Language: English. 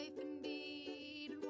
indeed